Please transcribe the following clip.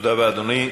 תודה רבה, אדוני.